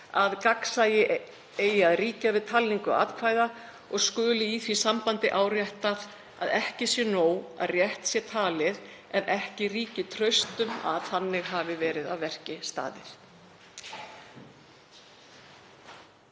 að gagnsæi eigi að ríkja við talningu atkvæða og skuli í því sambandi áréttað að ekki sé nóg að rétt sé talið ef ekki ríki traust um að þannig hafi verið að verki staðið.